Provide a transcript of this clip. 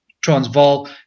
Transvaal